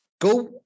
go